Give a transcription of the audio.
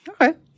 okay